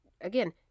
Again